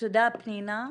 תודה פנינה.